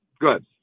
Good